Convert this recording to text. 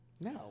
No